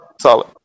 solid